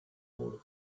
board